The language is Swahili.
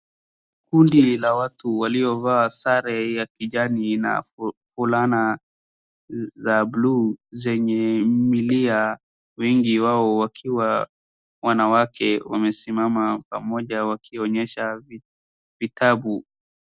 Kundi lina watu waliovaa sare ya kijani na fulana za bluu zenye milia. Wengi wao wakiwa wanawake wamesimama pamoja wakionyesha vitabu.